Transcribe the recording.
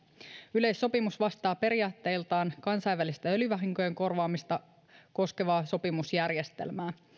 yleissopimus vastaa periaatteiltaan kansainvälistä öljyvahinkojen korvaamista koskevaa sopimusjärjestelmää